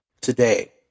today